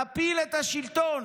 נפיל את השלטון.